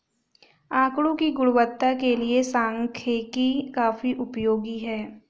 आकड़ों की गुणवत्ता के लिए सांख्यिकी काफी उपयोगी है